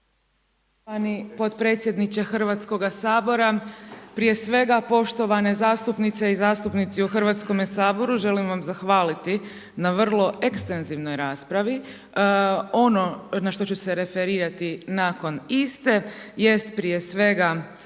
potpredsjedniče Hrvatskoga sabora. Prije svega poštovane zastupnice i zastupnici u Hrvatskome saboru želim vam zahvaliti na vrlo ekstenzivnoj raspravi. Ono na što ću se referirati nakon iste jest prije svega